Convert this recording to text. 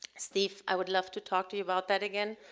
steve i would love to talk to you about that again,